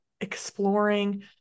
exploring